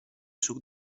suc